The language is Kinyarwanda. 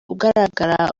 ugaragara